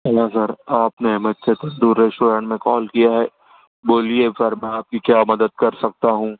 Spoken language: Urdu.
ہیلو سر آپ نے احمد چکن تندور ریسٹورینٹ میں کال کیا ہے بولیے سر میں آپ کی کیا مدد کرسکتا ہوں